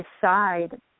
decide